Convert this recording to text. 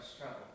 trouble